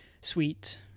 sweet